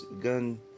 gun